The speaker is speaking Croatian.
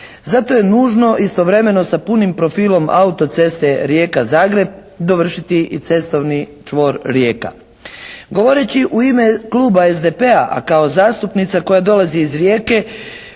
Zato je nužno istovremeno sa punim profilom autoceste Rijeka-Zagreb dovršiti i cestovni čvor Rijeka. Govoreći u ime kluba SDP-a, a kao zastupnica koja dolazi iz Rijeke